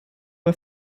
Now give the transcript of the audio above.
bei